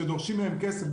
שדורשים מהם כסף,